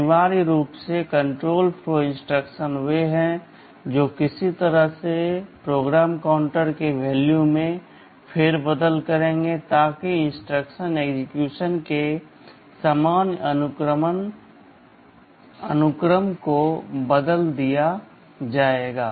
अनिवार्य रूप से कण्ट्रोल फ्लो इंस्ट्रक्शन वे हैं जो किसी तरह से PC के मान में फेरबदल करेंगे ताकि इंस्ट्रक्शन एक्सेक्यूशन के सामान्य अनुक्रम को बदल दिया जाएगा